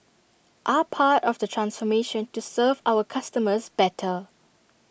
are part of the transformation to serve our customers better